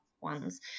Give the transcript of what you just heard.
ones